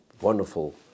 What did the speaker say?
wonderful